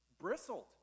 bristled